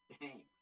Thanks